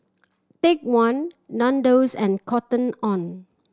Take One Nandos and Cotton On